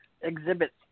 exhibits